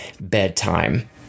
bedtime